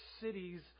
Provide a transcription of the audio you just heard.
cities